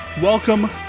Welcome